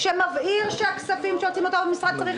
שמבהיר שכספים שיוצאים מהמשרד צריכים